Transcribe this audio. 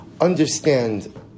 understand